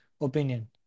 opinion